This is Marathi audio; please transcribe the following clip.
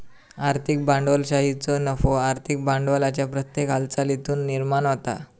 आर्थिक भांडवलशाहीचो नफो आर्थिक भांडवलाच्या प्रत्येक हालचालीतुन निर्माण होता